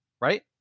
right